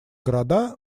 города